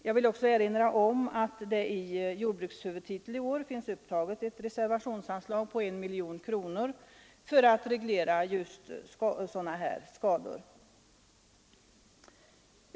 Jag vill också erinra om att det i jordbrukshuvudtiteln i år finns upptaget ett reservationsanslag på 1 miljon kronor för att reglera sådana här skador.